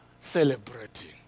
celebrating